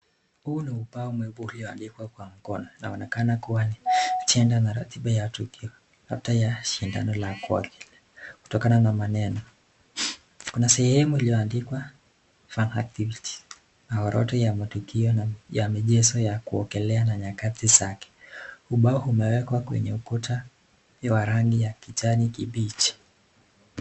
Huu ni ubao mweupe ulioandikwa kwa mkono. Inaonekana kuwa ni ajenda na ratiba ya tukio, labda ya mashindano ya kuogelea, kutokana na maneno. Kuna sehemu iliyoandikwa fun activities , orodha ya matukio na michezo ya kuogelea na nyakati zake. Ubao umewekwa kwenye ukuta wa rangi ya kijani kibichi.